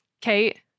Kate